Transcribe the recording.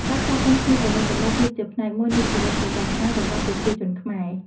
ការស្វាគមន៍គ្នាទៅវិញទៅមក គឺជាផ្នែកមួយនៃជីវិតប្រចាំថ្ងៃរបស់ប្រជាជនខ្មែរ។